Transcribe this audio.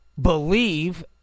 believe